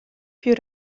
più